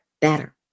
better